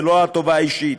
ולא הטובה האישית.